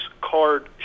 card